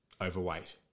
overweight